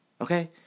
Okay